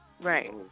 Right